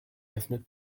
öffnet